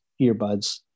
earbuds